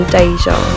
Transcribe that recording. Deja